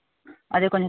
అదే కొంచెం